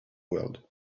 world